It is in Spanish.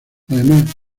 además